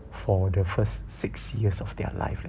for the first six years of their life eh